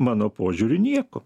mano požiūriu nieko